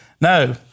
no